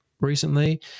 recently